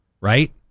right